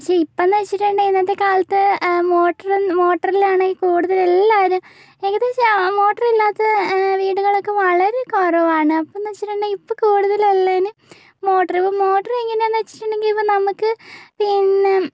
പക്ഷെ ഇപ്പന്ന് വെച്ചിട്ടുണ്ടെങ്കിൽ ഇന്നത്തെക്കാലത്ത് മോട്ടറ് മോട്ടറിലാണ് ഈ കൂടുതൽ എല്ലാവരും ഏകദേശം മോട്ടറില്ലാത്ത വീടുകളൊക്കെ വളരെ കുറവാണ് അപ്പം എന്ന് വെച്ചിട്ടുണ്ടെങ്കി ഇപ്പം കൂടുതലെല്ലാനും മോട്ടറ് ഇപ്പം മോട്ടറ് എങ്ങനെയാണെന്ന് വെച്ചിട്ടുണ്ടെങ്കിൽ ഇപ്പം നമുക്ക് പിന്നെ